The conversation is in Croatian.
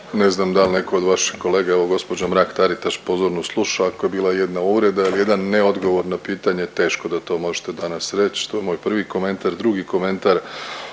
Ne znam dal neko od vaših kolega evo gospođa Mrak-Taritaš pozorno sluša ako je bila jedna uvreda, jedan ne odgovor na pitanje teško da to možete danas reć. To je moj prvi komentar. Drugi komentar,